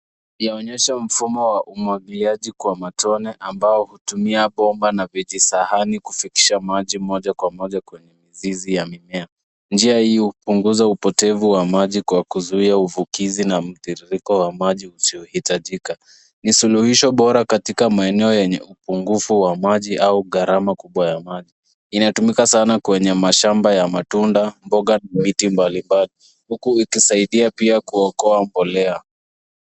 Yaonyesha mfumo wa umwagiliaji wa matone ambao hutumia bomba na vijisahani kufikisha maji moja kwa moja kwenye mizizi ya mimea. Njia hii hupunguza upotevu wa maji kwa kuzuia uvukizi na mtiririko wa maji usiohitajika. Ni suluhisho bora katika maeneo yenye upungufu wa maji au gharama kubwa ya maji. Inatumika sana kwenye mashamba ya matunda, mboga, miti mbalimbali huku ikisaidia pia kuokoa mbolea.